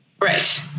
Right